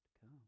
come